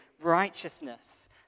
righteousness